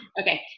Okay